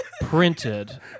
printed